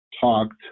talked